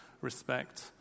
respect